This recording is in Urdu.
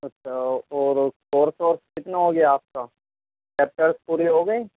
اچھا اور کورس ورس کتنا ہو گیا آپ کا چیپٹرس پورے ہو گئے